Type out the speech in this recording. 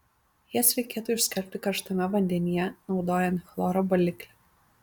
jas reikėtų išskalbti karštame vandenyje naudojant chloro baliklį